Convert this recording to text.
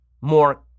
more